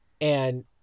And-